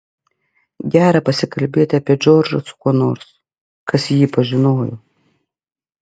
gera pasikalbėti apie džordžą su kuo nors kas jį pažinojo